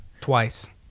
twice